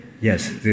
Yes